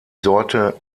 sorte